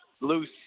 loose